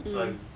mm